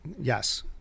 Yes